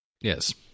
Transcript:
Yes